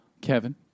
Kevin